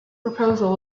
proposal